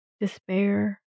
despair